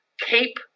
keep